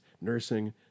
nursing